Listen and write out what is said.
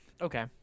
okay